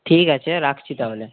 ঠিক আছে রাখছি তাহলে